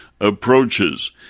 Approaches